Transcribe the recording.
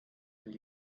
are